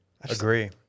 Agree